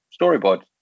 storyboard